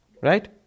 Right